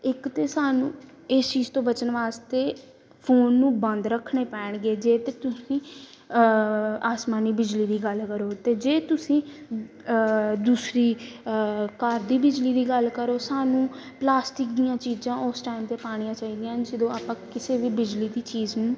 ਇੱਕ ਤਾਂ ਸਾਨੂੰ ਇਸ ਚੀਜ਼ ਤੋਂ ਬਚਣ ਵਾਸਤੇ ਫੋਨ ਨੂੰ ਬੰਦ ਰੱਖਣੇ ਪੈਣਗੇ ਜੇ ਤਾਂ ਤੁਸੀਂ ਆਸਮਾਨੀ ਬਿਜਲੀ ਦੀ ਗੱਲ ਕਰੋ ਅਤੇ ਜੇ ਤੁਸੀਂ ਦੂਸਰੀ ਘਰ ਦੀ ਬਿਜਲੀ ਦੀ ਗੱਲ ਕਰੋ ਸਾਨੂੰ ਪਲਾਸਟਿਕ ਦੀਆਂ ਚੀਜ਼ਾਂ ਉਸ ਟਾਈਮ 'ਤੇ ਪਾਉਣੀਆਂ ਚਾਹੀਦੀਆਂ ਹਨ ਜਦੋਂ ਆਪਾਂ ਕਿਸੇ ਵੀ ਬਿਜਲੀ ਦੀ ਚੀਜ਼ ਨੂੰ